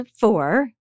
four